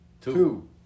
Two